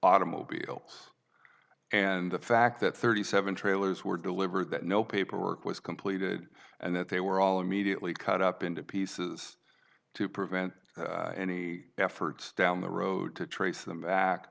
automobiles and the fact that thirty seven trailers were delivered that no paperwork was completed and that they were all immediately cut up into pieces to prevent any efforts down the road to trace them back